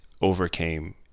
overcame